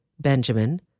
Benjamin